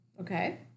Okay